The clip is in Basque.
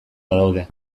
badaude